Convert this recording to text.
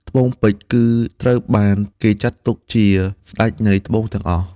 ត្បូងពេជ្រ គឺត្រូវបានគេចាត់ទុកជាស្តេចនៃត្បូងទាំងអស់។